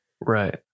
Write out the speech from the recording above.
Right